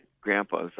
Grandpa's